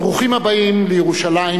ברוכים הבאים לירושלים,